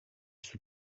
στο